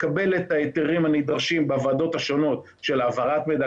לקבל את ההיתרים הנדרשים בוועדות השונות של העברת מידע,